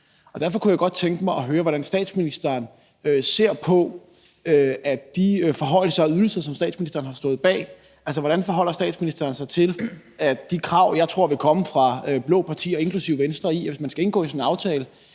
og derfor kunne jeg godt tænke mig at høre, hvordan statsministeren ser på de forhøjelser af ydelserne, som statsministeren har stået bag. Altså, hvordan forholder statsministeren sig til de krav, jeg tror vil komme fra blå partier, inklusive Venstre, til, at hvis man skal indgå i sådan en aftale,